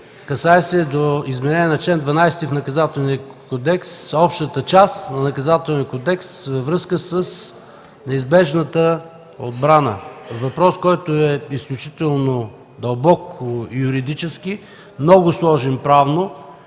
Касае се до изменение на чл. 12 в Наказателния кодекс, общата част на Наказателния кодекс, във връзка с неизбежната отбрана. Въпрос, който е изключително дълбоко юридически, много сложен правно